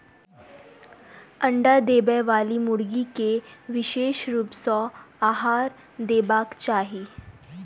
अंडा देबयबाली मुर्गी के विशेष रूप सॅ आहार देबाक चाही